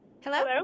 hello